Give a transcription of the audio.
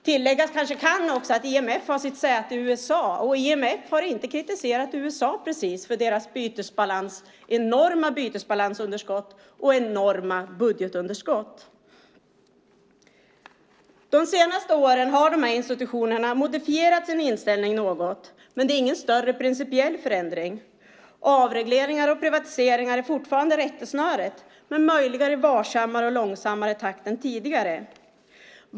Tilläggas kan att IMF har sitt säte i USA, och IMF har inte kritiserat USA för deras enorma bytesbalansunderskott och enorma budgetunderskott. De senaste åren har dessa institutioner modifierat sin inställning något, men det är ingen större principiell förändring. Avregleringar och privatiseringar är fortfarande rättesnöret, men det är möjligen varsammare och långsammare takt än tidigare.